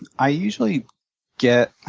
i usually get,